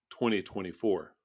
2024